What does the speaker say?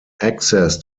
access